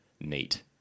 neat